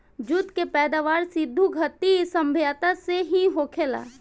jute के पैदावार सिधु घाटी सभ्यता से ही होखेला